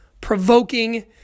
provoking